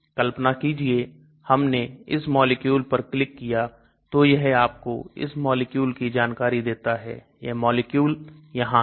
कल्पना कीजिए हमनेइस मॉलिक्यूल पर क्लिक किया तो यह आपको इस मॉलिक्यूल की जानकारी देता है यह मॉलिक्यूल यहां है